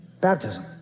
baptism